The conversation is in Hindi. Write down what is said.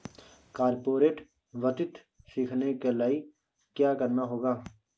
कॉर्पोरेट वित्त सीखने के लिया क्या करना होगा